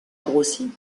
grossi